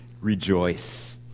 Rejoice